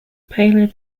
paler